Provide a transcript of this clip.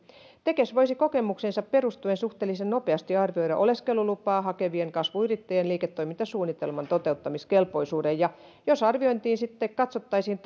tekes voisi kokemukseensa perustuen suhteellisen nopeasti arvioida oleskelulupaa hakevien kasvuyrittäjien liiketoimintasuunnitelman toteuttamiskelpoisuuden jos arviointiin sitten katsottaisiin